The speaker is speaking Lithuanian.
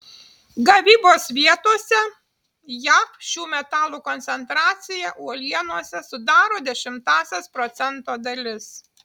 gavybos vietose jav šių metalų koncentracija uolienose sudaro dešimtąsias procento dalis